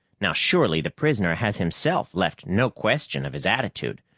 now, surely, the prisoner has himself left no question of his attitude.